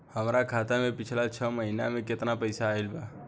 हमरा खाता मे पिछला छह महीना मे केतना पैसा आईल बा?